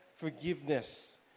forgiveness